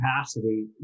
capacity